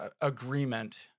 agreement